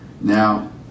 Now